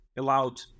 allowed